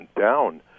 down